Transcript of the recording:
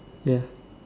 ya